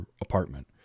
apartment